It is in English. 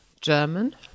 German